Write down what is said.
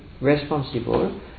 responsible